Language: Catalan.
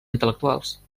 intel·lectuals